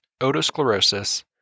otosclerosis